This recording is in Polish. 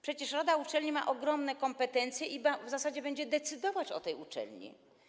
Przecież rada uczelni ma ogromne kompetencje i w zasadzie będzie decydować o tej uczelni.